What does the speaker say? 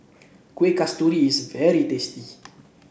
Kueh Kasturi is very tasty